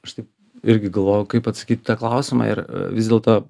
aš taip irgi galvojau kaip atsakyt į tą klausimą ir vis dėlto